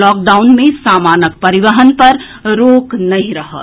lockdown मे सामानक परिवहन पर रोक नहिं रहत